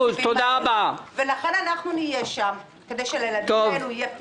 האוצר לא יבכה על זה שלא יהיו העברות.